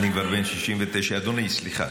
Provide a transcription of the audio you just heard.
אני כבר בן 69. אדוני, סליחה.